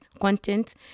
content